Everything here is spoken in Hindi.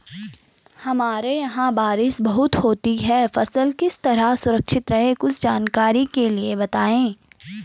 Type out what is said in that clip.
हमारे यहाँ बारिश बहुत होती है फसल किस तरह सुरक्षित रहे कुछ जानकारी के लिए बताएँ?